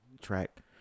track